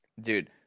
Dude